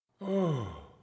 Oh